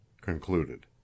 CONCLUDED